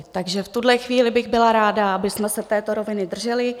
Takže v tuhle chvíli bych byla ráda, abychom se této roviny drželi.